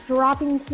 Dropping